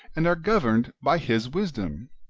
and are governed by his wisdom?